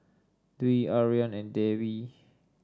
Dwi Aryan and Dewi